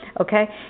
okay